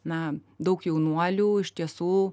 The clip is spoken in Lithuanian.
na daug jaunuolių iš tiesų